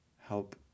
help